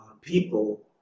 people